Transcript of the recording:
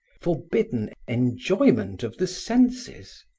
forbidden enjoyment of the senses.